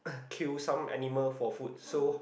kill some animals for food so